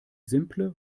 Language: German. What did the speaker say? simple